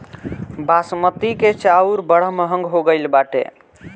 बासमती के चाऊर बड़ा महंग हो गईल बाटे